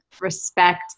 respect